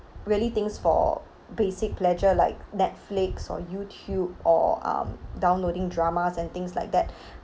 really things for basic pleasure like Netflix or YouTube or um downloading dramas and things like that